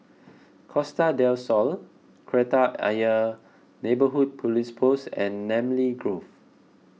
Costa del Sol Kreta Ayer Neighbourhood Police Post and Namly Grove